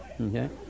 okay